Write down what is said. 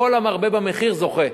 וכל המרבה במחיר זוכה.